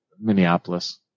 Minneapolis